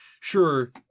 sure